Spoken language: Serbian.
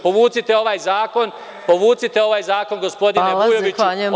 Povucite ovaj zakon, povucite ovaj zakon gospodine Vujović, ovo je sramno.